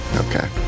Okay